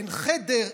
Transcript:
אין חדר,